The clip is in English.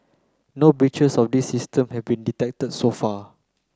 no breaches of these systems have been detected so far